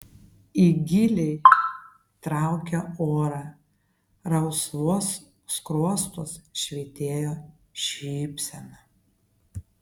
ji giliai traukė orą rausvuos skruostuos švytėjo šypsena